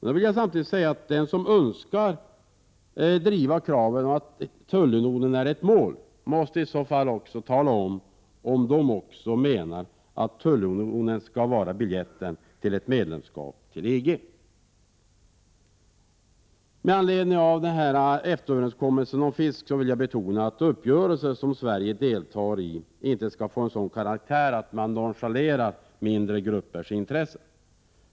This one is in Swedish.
Samtidigt vill jag säga att de som önskar driva dessa krav och anser att tullunionen är ett mål i så fall måste redovisa om de menar att tullunionen också skall vara biljetten till ett medlemskap i EG. Med anledning av EFTA-överenskommelsen om fiske vill jag betona vikten av att uppgörelser som Sverige deltar i inte skall få en sådan karaktär att man nonchalerar mindre gruppers intressen.